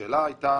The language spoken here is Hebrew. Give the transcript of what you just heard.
השאלה הייתה